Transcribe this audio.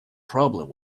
problem